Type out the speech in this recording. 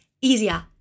easier